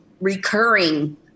recurring